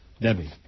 Debbie